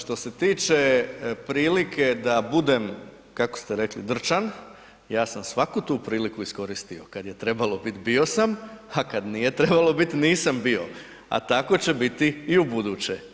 Što se tiče prilike da budem kako ste rekli drčan, ja sam svaku tu priliku iskoristio, kada je trebalo biti bio sam a kada nije trebalo biti nisam bio a tako će biti i ubuduće.